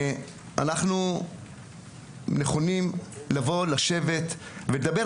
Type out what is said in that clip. אנחנו נכונים לשבת ולדבר,